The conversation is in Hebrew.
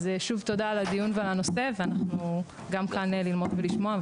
אז שוב תודה על הדיון ועל הנושא ואנחנו גם כאן ללמוד ולשמוע.